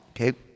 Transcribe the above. okay